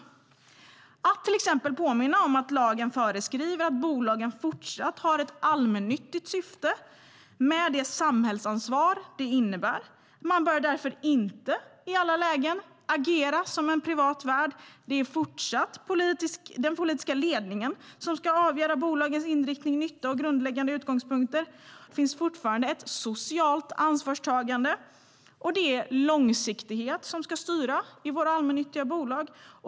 Man ska till exempel påminna om att lagen föreskriver att bolagen fortsatt har ett allmännyttigt syfte med det samhällsansvar det innebär. De bör därför inte i alla lägen agera som privata värdar. Det är fortsatt den politiska ledningen som ska avgöra bolagens inriktning, nytta och grundläggande utgångspunkter. Det finns fortfarande ett socialt ansvarstagande. Det är långsiktighet som ska styra i våra allmännyttiga bolag.